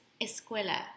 escuela